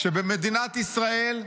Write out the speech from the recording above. שבמדינת ישראל,